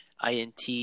INT